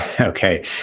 Okay